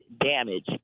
damage